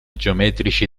geometrici